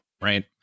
right